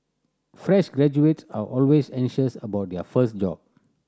fresh graduates are always anxious about their first job